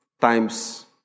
times